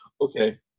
okay